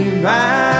Bye